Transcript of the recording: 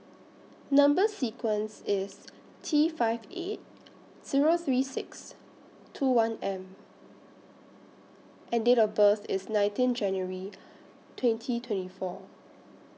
Number sequence IS T five eight Zero three six two one M and Date of birth IS nineteen January twenty twenty four